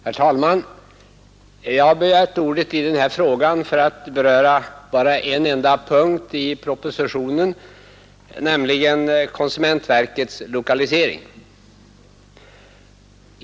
Herr talman! Jag har begärt ordet i denna fråga för att beröra en enda punkt i propositionen, nämligen konsumentverkets lokalisering.